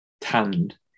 tanned